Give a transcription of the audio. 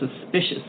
suspicious